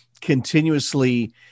continuously